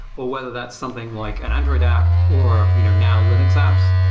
or whether that's something like an android app, or you know now linux apps.